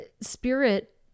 spirit